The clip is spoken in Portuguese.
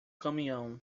caminhão